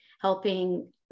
helping